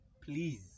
please